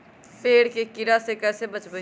पेड़ के कीड़ा से कैसे बचबई?